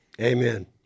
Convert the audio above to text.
amen